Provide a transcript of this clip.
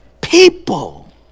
people